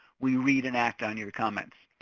we read and act on your comments.